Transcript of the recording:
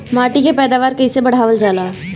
माटी के पैदावार कईसे बढ़ावल जाला?